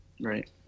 Right